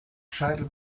scheitel